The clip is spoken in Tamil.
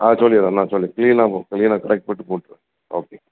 ஆ சொல்லிடுறேன் நான் சொல்லிடுறேன் கிளீனாக போட்டு கிளீனாக கரெக்ட் பண்ணி போட்டுறேன் ஓகே